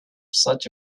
such